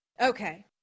Okay